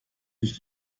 nicht